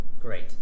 Great